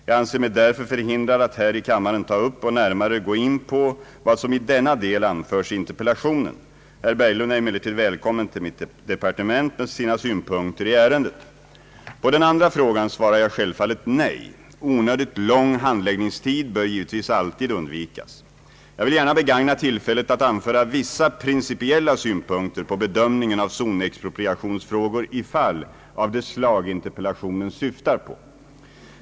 Jag anser mig därför förhindrad att här i kammaren ta upp och närmare gå in på vad som i denna del anförs i interpellationen. Herr Berglund är emellertid välkommen till mitt departement med sina synpunkter i ärendet. På den andra frågan svarar jag självfallet nej. Onödigt lång handläggningstid bör givetvis alltid undvikas. Jag vill gärna begagna tillfället att anföra vissa principiella synpunkter på bedömningen av zonexpropriationsfrågor i fall av det slag interpellationen syftar på.